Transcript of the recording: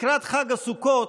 לקראת חג הסוכות,